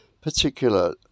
particular